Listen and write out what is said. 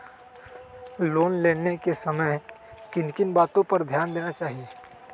Loan लेने के समय किन किन वातो पर ध्यान देना चाहिए?